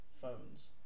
phones